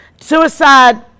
Suicide